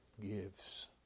gives